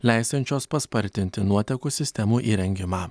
leisiančios paspartinti nuotekų sistemų įrengimą